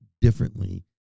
differently